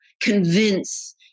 convince